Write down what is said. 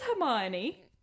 Hermione